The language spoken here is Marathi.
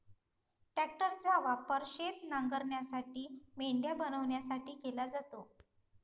ट्रॅक्टरचा वापर शेत नांगरण्यासाठी, मेंढ्या बनवण्यासाठी केला जातो